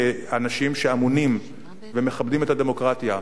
כאנשים שאמונים ומכבדים את הדמוקרטיה,